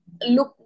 look